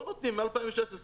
לא נותנים מ-2016.